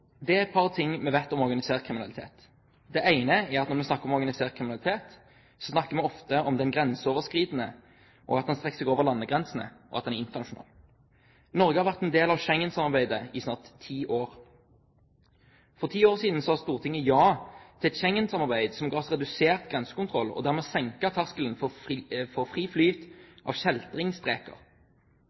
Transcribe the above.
er et par ting vi vet om organisert kriminalitet. Det ene er at når vi snakker om organisert kriminalitet, snakker vi ofte om den grenseoverskridende – at den strekker seg over landegrensene, og at den er internasjonal. Norge har vært en del av Schengen-samarbeidet i snart ti år. For ti år siden sa Stortinget ja til et Schengen-samarbeid som ga oss redusert grensekontroll og dermed senket terskelen for fri flyt av